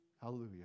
Hallelujah